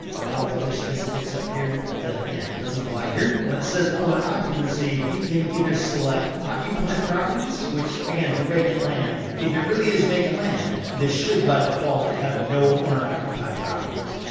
a lot of other specifics up here, but again it doesn't apply here. when it says owner occupancy, we can either select occupied properties which again for vacant land, if it really is vacant land, this should by default have no owner-occupied properties.